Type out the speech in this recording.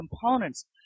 components